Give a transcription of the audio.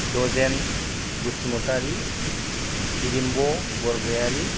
dozen Basumatary Heremba Bargayary